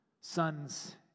sons